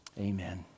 Amen